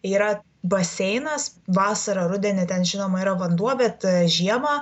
yra baseinas vasarą rudenį ten žinoma yra vanduo bet žiemą